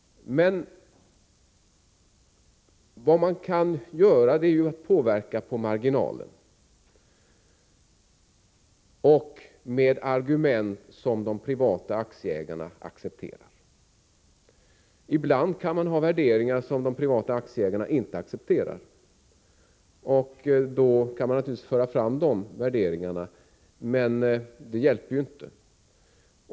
Vad man kan göra är att låt mig säga påverka på marginalen med argument som de privata aktieägarna accepterar. Ibland kan man ha värderingar som de privata aktieägarna inte accepterar. Naturligtvis kan man föra fram de värderingarna, men det hjälper ju inte.